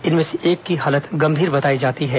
इनमें से एक की हालत गंभीर बताई जाती है